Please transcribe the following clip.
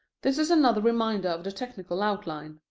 this is another reminder of the technical outline.